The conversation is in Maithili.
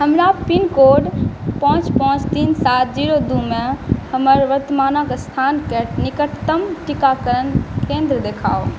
हमरा पिनकोड पाँच पाँच तीन सात जीरो दुइमे हमर वर्तमानके स्थानके निकटतम टीकाकरण केन्द्र देखाउ